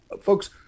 folks